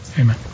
Amen